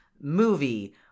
movie